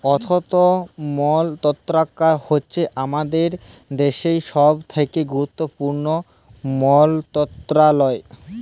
অথ্থ মলত্রলালয় হছে আমাদের দ্যাশের ছব থ্যাকে গুরুত্তপুর্ল মলত্রলালয়